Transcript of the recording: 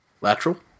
Lateral